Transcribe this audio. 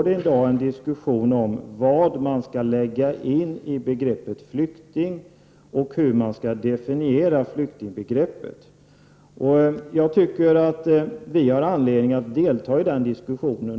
Det gäller inte bara i vårt land, utan det gäller hela Europa och för FNs flyktingkommissarie. Vi har anledning att delta i den diskussionen.